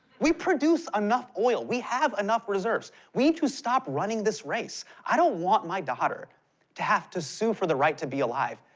we produce enough oil. we have enough reserves we need to stop running this race. i don't want my daughter to have to sue for the right to be alive.